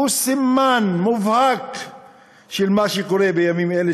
שהוא סימן מובהק של מה שקורה בימים אלה,